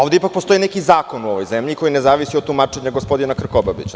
Ovde ipak postoji neki zakon u ovoj zemlji, koji ne zavisi od tumačenja gospodina Krkobabića.